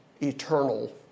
eternal